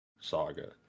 saga